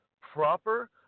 proper